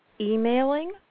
emailing